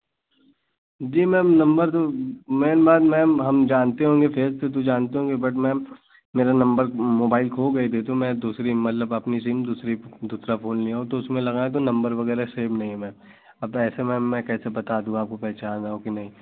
जी ma'am number तो ma'am मैं ma'am हम जानते होंगे फेस टू तो जानते होंगे बट मैम मेरा नम्बर मोबाइल खो गया था तो मैं दूसरी मतलब अपनी सिम दूसरा फो दूसरा फ़ोन लिया हूँ तो उसमे लगाया तो नम्बर वग़ैरह सेव नहीं है मैम अब ऐसे मैम मैं कैसे बता दूँ पहचान रहा हूँ कि नहीं